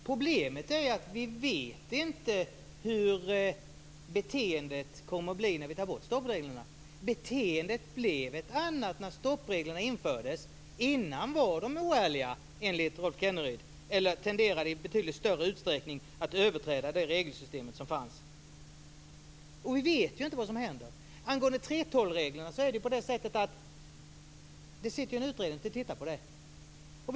Fru talman! Problemet är att vi inte vet hur beteendet kommer att bli när vi tar bort stoppreglerna. Beteendet blev ett annat när stoppreglerna infördes. Innan dess var företagarna oärliga enligt Rolf Kenneryd, eller tenderade i betydligt större utsträckning att överträda det regelsystem som fanns. Vi vet inte vad som händer. Angående 3:12-reglerna är det på det sättet att det sitter en utredning och tittar på det här.